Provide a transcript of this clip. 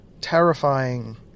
terrifying